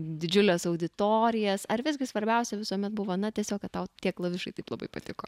didžiules auditorijas ar visgi svarbiausia visuomet buvo na tiesiog kad tau tie klavišai taip labai patiko